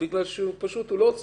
הוא בא ואומר שאין לו מה לומר.